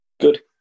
Good